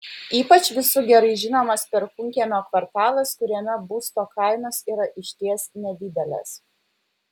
ypač visų gerai žinomas perkūnkiemio kvartalas kuriame būsto kainos yra išties nedidelės